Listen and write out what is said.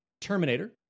Terminator